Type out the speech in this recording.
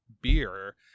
beer